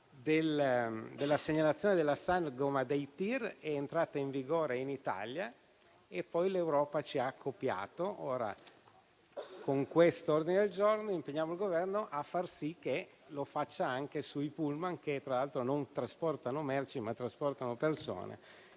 della segnalazione della sagoma dei TIR è entrata in vigore in Italia e poi l'Europa ci ha copiato. Con questo ordine del giorno impegniamo il Governo a far sì che lo faccia anche sui pullman, che tra l'altro non trasportano merci, ma trasportano persone